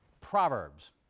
Proverbs